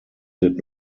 did